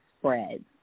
spreads